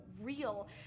real